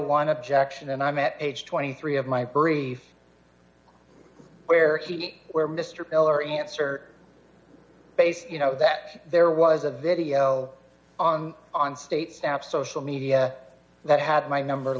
one objection and i met age twenty three of my brief where he where mr keller answer based you know that there was a video on on state stamp social media that had my number